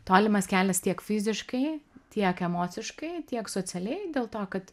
tolimas kelias tiek fiziškai tiek emociškai tiek socialiai dėl to kad